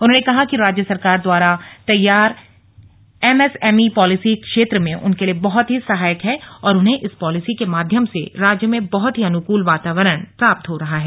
उन्होंने कहा कि राज्य सरकार द्वारा तैयार एमएसएमई पॉलिसी इस क्षेत्र में उनके लिए बहुत ही सहायक है और उन्हें इस पॉलिसी के माध्यम से राज्य में बहुत ही अनुकूल वातावरण प्राप्त हो रहा है